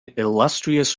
illustrious